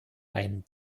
ein